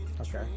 Okay